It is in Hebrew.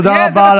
תודה רבה על ההערה.